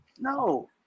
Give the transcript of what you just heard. No